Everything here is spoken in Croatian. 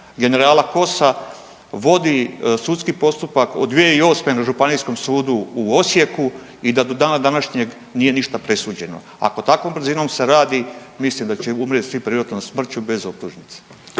generala KOS-a vodi sudski postupak od 2008. na Županijskom sudu u Osijeku i da do dana današnjeg nije ništa presuđeno. Ako takvom brzinom se radi, mislim da će umrijet svi prirodnom smrću bez optužnice.